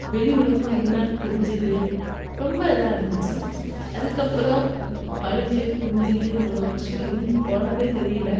வெளி உலகம் என்னன்னு தெரிஞ்சது ரொம்ப இதாக இருந்துச்சு அதுக்கப்புறம் காலேஜ் லைஃப் முடிஞ்சது மூணு வருஷம் இருந் போனதே தெரியல